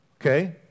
Okay